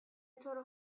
طور